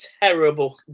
terrible